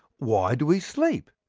why do we sleep?